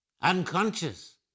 unconscious